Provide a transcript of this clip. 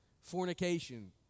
fornication